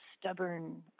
stubborn